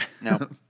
No